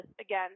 again